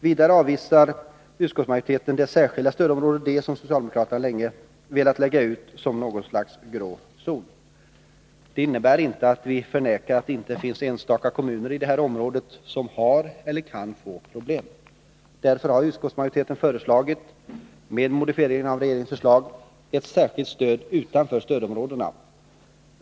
Vidare avvisar utskottsmajoriteten det särskilda stödområdet D som socialdemokraterna velat lägga ut som något slags grå zon. Det innebär inte att vi förnekar att det finns enstaka kommuner i det området som har eller kan få problem. Därför har utskottsmajoriteten föreslagit — med modifiering av regeringens förslag — ett särskilt stöd utanför stödområdena.